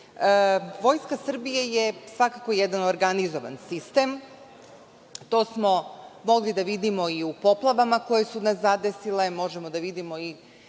tokove. Vojska Srbije je svakako jedan organizovan sistem. To smo mogli da vidimo i u poplavama koje su nas zadesile, možemo da vidimo i